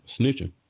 snitching